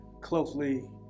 closely